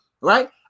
Right